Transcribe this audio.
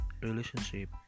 relationship